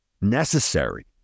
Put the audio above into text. necessary